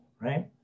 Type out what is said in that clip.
right